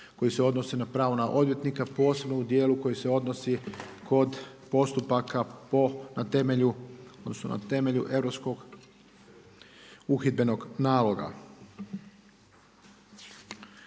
koje se odnose na pravo na odvjetnika posebno u dijelu koji se odnosi kod postupaka na temelju Europskog uhidbenog naloga.